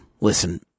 listen